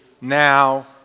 now